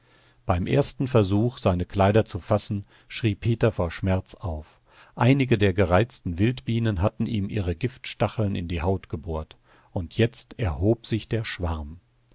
beim ersten versuch seine kleider zu fassen schrie peter vor schmerz auf einige der gereizten wildbienen hatten ihm ihre giftstacheln in die haut gebohrt und jetzt erhob sich der schwarm